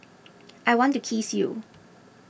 I want to kiss you